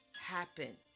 happen